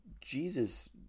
Jesus